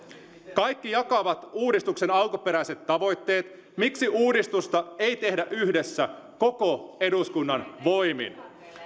kaikki jakavat uudistuksen alkuperäiset tavoitteet miksi uudistusta ei tehdä yhdessä koko eduskunnan voimin